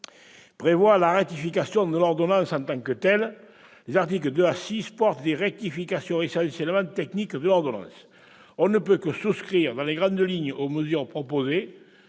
prévoit la ratification de l'ordonnance en tant que telle. Les articles 2 à 6 portent des rectifications, essentiellement techniques, à l'ordonnance. On ne peut que souscrire, dans les grandes lignes, aux mesures proposées